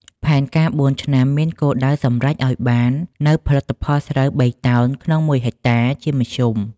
ផែនការបួនឆ្នាំមានគោលដៅសម្រេចឱ្យបាននូវផលិតផលស្រូវបីតោនក្នុងមួយហិកតាជាមធ្យម ។